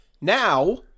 Now